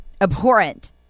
Abhorrent